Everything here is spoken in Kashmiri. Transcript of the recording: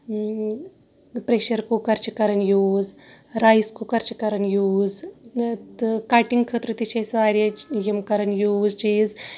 پریشر کُکر چھِ کران یوٗز رَیس کُکر چھِ کران یوٗز تہٕ کَٹنگ خٲطرٕ تہِ چھِ ٲسۍ واریاہ یِم کران یوٗز چیٖز